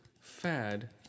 fad